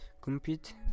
compete